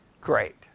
Great